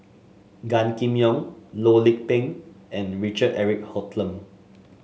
Gan Kim Yong Loh Lik Peng and Richard Eric Holttum